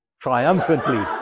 triumphantly